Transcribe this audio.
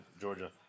Georgia